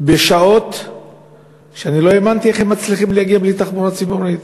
בשעות שאני לא האמנתי שהם מצליחים להגיע בהן בלי תחבורה ציבורית.